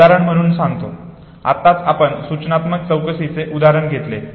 उदाहरण म्हणून सांगतो आत्ताच आपण सूचनात्मक चौकशीचे उदाहरण घेतले